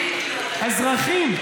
אזרחים,